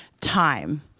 time